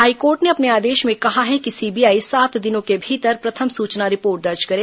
high court ने अपने आदेश में कहा है कि सीबीआई सात दिनों के अंदर प्रथम सूचना रिपोर्ट दर्ज करें